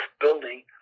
building